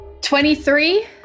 23